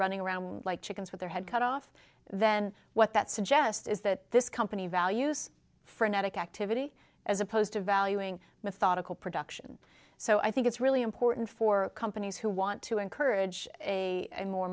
running around like chickens with their head cut off then what that suggests is that this company values frenetic activity as opposed to valuing methodical production so i think it's really important for companies who want to encourage a more